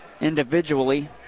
individually